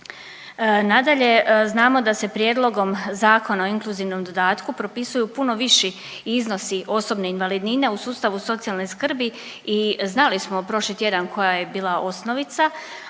Nadalje, znamo da se prijedlogom Zakona o inkluzivnom dodatku propisuju puno viši iznosi osobne invalidnine u sustavu socijalne skrbi i znali smo prošli tjedan koja je bila osnovica,